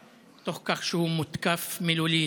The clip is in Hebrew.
תוך כך שהוא מותקף מילולית,